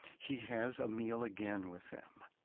he has a meal again with them.